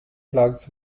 plugs